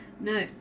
No